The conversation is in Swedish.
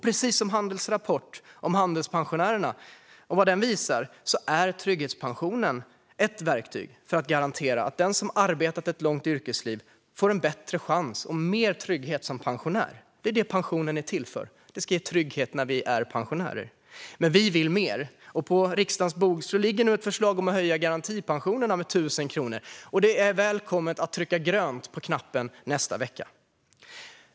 Precis som Handels rapport om handelspensionärerna visar är trygghetspensionen ett verktyg för att garantera att den som arbetat ett långt yrkesliv får en bättre chans och mer trygghet som pensionär. Det är det pensionen är till för; den ska ge trygghet när vi är pensionärer. Vi vill dock mer, och på riksdagens bord ligger nu ett förslag om att höja garantipensionen med 1 000 kronor. Jag välkomnar alla att trycka på den gröna knappen nästa vecka.